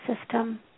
system